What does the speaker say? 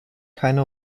keine